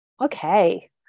Okay